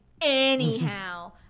Anyhow